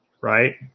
Right